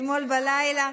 אתמול בלילה,